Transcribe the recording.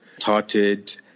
tarted